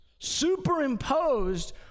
superimposed